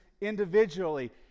individually